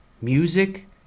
music